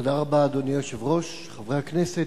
אדוני היושב-ראש, תודה רבה, חברי הכנסת,